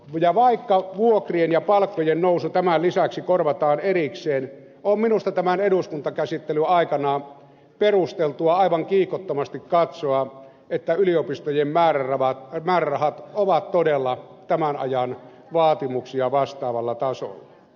ja vaikka vuokrien ja palkkojen nousu tämän lisäksi korvataan erikseen on minusta tämän eduskuntakäsittelyn aikana perusteltua aivan kiihkottomasti katsoa että yliopistojen määrärahat ovat todella tämän ajan vaatimuksia vastaavalla tasolla